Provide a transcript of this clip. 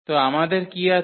তো আমাদের কী আছে